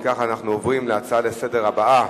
אנחנו עוברים לנושא הבא: